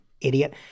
idiot